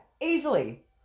easily